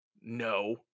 No